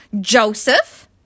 Joseph